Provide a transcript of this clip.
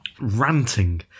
ranting